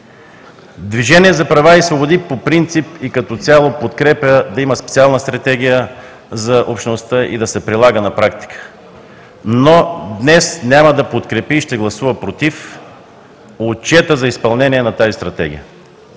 „Движение за права и свободи“ по принцип и като цяло подкрепя да има специална Стратегия за общността и да се прилага на практика, но днес няма да подкрепи и ще гласува „против“ Отчета за изпълнение на тази Стратегия,